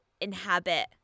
inhabit